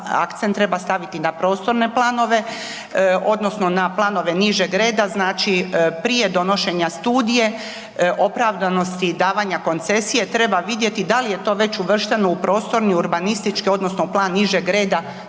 akcent treba staviti na prostorne planove odnosno na planove nižeg reda, znači prije donošenja studije opravdanosti davanja koncesije treba vidjeti da li je to već uvršteno u prostorni urbanistički odnosno plan nižeg reda